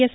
yes